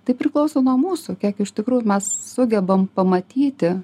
tai priklauso nuo mūsų kiek iš tikrųjų mes sugebam pamatyti